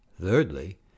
thirdly